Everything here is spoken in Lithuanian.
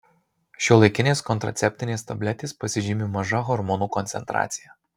šiuolaikinės kontraceptinės tabletės pasižymi maža hormonų koncentracija